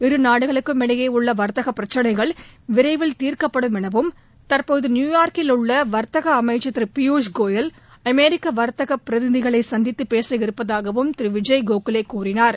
இரு நாடுகளுக்கும் இடையே உள்ள வாத்தக பிரச்சனைகள் விரைவில் தீர்க்கப்படும் எனவும் தற்போது நியூயார்க்கில் உள்ள வாத்தக அமைச்சா் திரு பியூஷ் கோயல் அமெரிக்க வாத்தக பிரதிநிதிகளை சந்தித்து பேச இருப்பதாகவும் திரு விஜய் கோகலே கூறினார்